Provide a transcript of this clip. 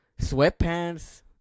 sweatpants